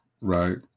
right